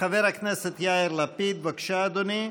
חבר הכנסת יאיר לפיד, בבקשה, אדוני,